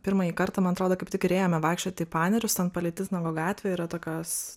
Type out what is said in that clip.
pirmąjį kartą man atrodo kaip tik ir ėjome vaikščioti į panerius ten palei titnago gatvę yra tokios